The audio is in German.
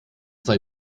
sei